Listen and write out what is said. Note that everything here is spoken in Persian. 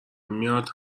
میاد